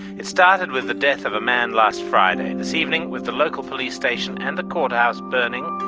it started with the death of a man last friday. this evening, with the local police station and the courthouse burning,